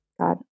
God